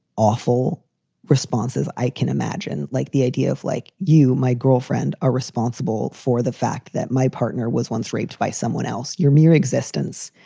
awful responses i can imagine. like the idea of, like you, my girlfriend, are responsible for the fact that my partner was once raped by someone else. your mere existence.